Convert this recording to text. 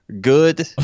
good